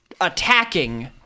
attacking